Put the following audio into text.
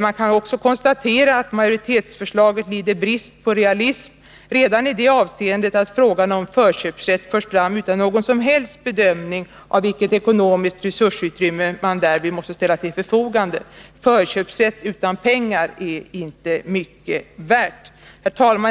Man kan också konstatera att majoritetsförslaget lider brist på realism redan i det avseendet att frågan om förköpsrätt förs fram utan någon som helst bedömning av vilket ekonomiskt resursutrymme man därvid måste ställa till förfogande. Förköpsrätt utan pengar är inte mycket värd. Herr talman!